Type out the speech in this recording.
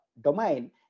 domain